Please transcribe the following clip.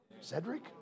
Cedric